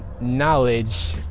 knowledge